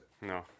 No